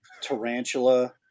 Tarantula